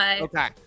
Okay